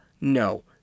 no